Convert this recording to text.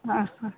ആ ആ